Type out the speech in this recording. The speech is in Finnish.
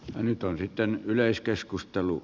nyt on sitten yleiskeskustelu